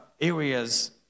areas